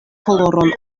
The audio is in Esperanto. koloron